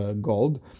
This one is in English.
gold